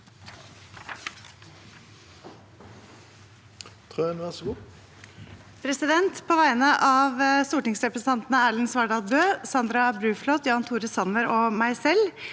På vegne av stortingsrepresentantene Erlend Svardal Bøe, Sandra Bruflot, Jan Tore Sanner og meg selv